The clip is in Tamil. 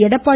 எடப்பாடி